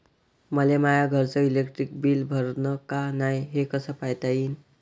मले माया घरचं इलेक्ट्रिक बिल भरलं का नाय, हे कस पायता येईन?